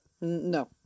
No